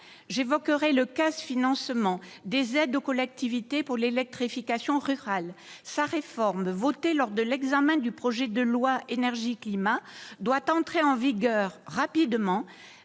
réforme du CAS « Financement des aides aux collectivités pour l'électrification rurale », votée lors de l'examen du projet de loi Énergie-climat, doit entrer en vigueur rapidement,